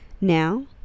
Now